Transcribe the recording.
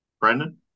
Brendan